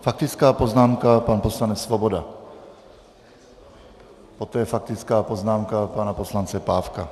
S faktickou poznámkou pan poslanec Svoboda, poté faktická poznámka pana poslance Pávka.